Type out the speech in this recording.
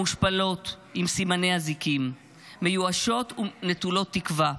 מושפלות, עם סימני אזיקים, מיואשות ונטולות תקווה,